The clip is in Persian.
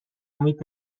امید